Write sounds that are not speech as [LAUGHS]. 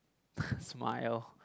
[LAUGHS] smile